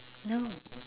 no